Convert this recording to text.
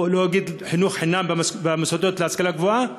ולא אגיד חינוך חינם, במוסדות להשכלה גבוהה,